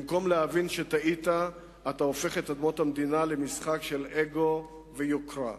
במקום להבין שטעית אתה הופך את אדמות המדינה למשחק של אגו ויוקרה.